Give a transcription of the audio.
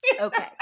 Okay